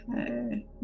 Okay